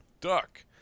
Duck